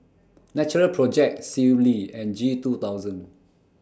Natural Project Sealy and G two thousand